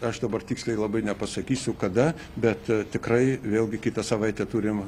aš dabar tiksliai labai nepasakysiu kada bet tikrai vėlgi kitą savaitę turim